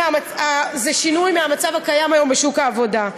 זה שינוי של המצב הקיים היום בשוק העבודה.